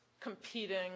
competing